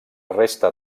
resta